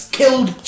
killed